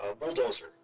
bulldozer